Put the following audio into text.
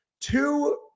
Two